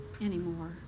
anymore